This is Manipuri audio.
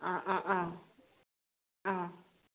ꯑꯥ ꯑꯥ ꯑꯥ ꯑꯥ